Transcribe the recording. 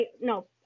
no